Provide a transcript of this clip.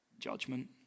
judgment